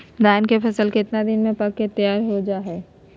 धान के फसल कितना दिन में पक के तैयार हो जा हाय?